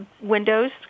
Windows